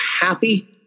happy